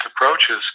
approaches